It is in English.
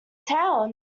town